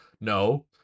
No